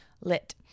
lit